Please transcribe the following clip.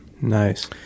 Nice